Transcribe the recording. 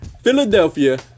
Philadelphia